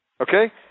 Okay